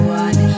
one